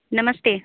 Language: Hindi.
नमस्ते